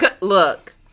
Look